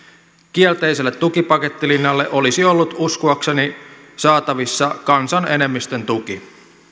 kielteiselle tukipakettilinjalle olisi ollut uskoakseni saatavissa kansan enemmistön tuki